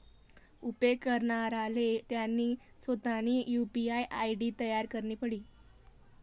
उपेग करणाराले त्यानी सोतानी यु.पी.आय आय.डी तयार करणी पडी